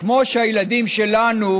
כמו שהילדים שלנו,